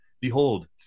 Behold